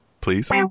please